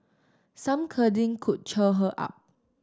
some cuddling could cheer her up